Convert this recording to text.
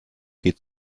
geht